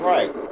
Right